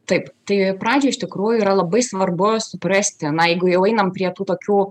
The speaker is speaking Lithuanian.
taip tai pradžioj iš tikrųjų yra labai svarbu suprasti na jeigu jau einam prie tų tokių